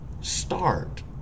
start